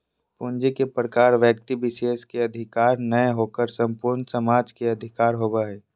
पूंजी के प्रकार व्यक्ति विशेष के अधिकार नय होकर संपूर्ण समाज के अधिकार होबो हइ